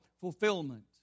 fulfillment